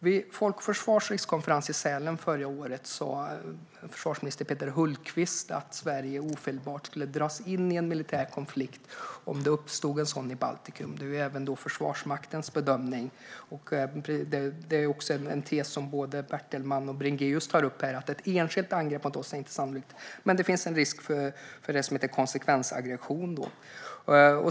Vid Folk och Försvars rikskonferens i Sälen förra året sa försvarsminister Peter Hultqvist att Sverige ofelbart skulle dras in i en militär konflikt om det uppstod en sådan i Baltikum. Detta är även Försvarsmaktens bedömning. Det här är dessutom en tes som Bertelman och Bringéus tar upp. Ett enskilt angrepp på oss är inte sannolikt, men det finns en risk för det som heter konsekvensaggression.